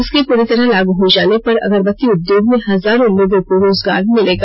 इसके पूरी तरह लागू हो जाने पर अगरबत्ती उद्योग में हजारों लोगों को रोजगार मिलेगा